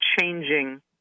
changing